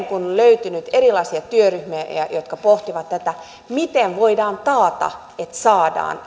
kun on ollut erilaisia työryhmiä jotka pohtivat tätä niin miten voidaan taata että saadaan